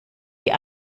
die